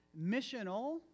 missional